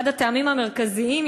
אחד הטעמים המרכזיים,